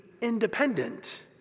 independent